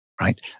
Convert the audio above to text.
right